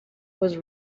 was